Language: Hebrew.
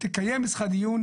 תקיים אצלך דיון.